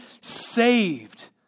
saved